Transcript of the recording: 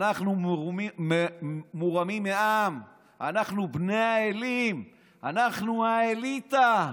אנחנו מורמים מעם, אנחנו בני האלים, אנחנו האליטה,